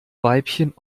weibchen